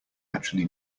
actually